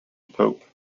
pope